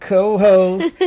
co-host